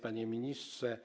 Panie Ministrze!